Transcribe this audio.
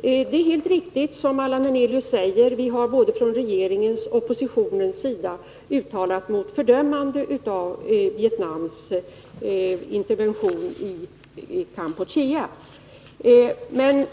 Det är helt riktigt som Allan Hernelius säger att vi från både regeringens och oppositionens sida har uttalat vårt fördömande av Vietnams intervention i Kampuchea. Men